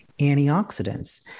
antioxidants